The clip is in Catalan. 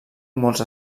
molts